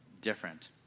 different